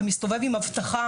מסתובב עם אבטחה.